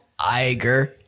Iger